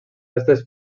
restes